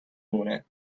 مونه